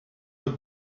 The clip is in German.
und